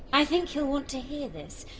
i think he'll want to hear this.